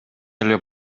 эле